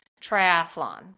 triathlon